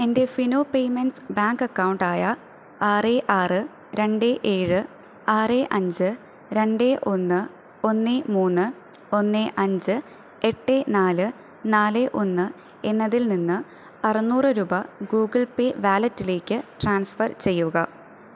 എൻ്റെ Fino payments bank account ആയ ആറ് ആറ് രണ്ടേ ഏഴ് ആറ് അഞ്ച് രണ്ട് ഒന്ന് ഒന്ന് മൂന്ന് ഒന്ന് ആഞ്ച് എട്ട് നാല് നാല് ഒന്ന് എന്നതിൽനിന്ന് അറുന്നൂറ് രൂപ ഗൂഗിൾ പേ വാലറ്റിലേക്ക് ട്രാൻസ്ഫർ ചെയ്യുക